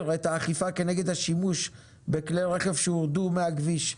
את האכיפה כנגד השימוש בכלי רכב שהורדו מהכביש,